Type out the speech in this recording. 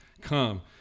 Come